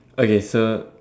okay so